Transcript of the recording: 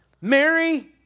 Mary